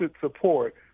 support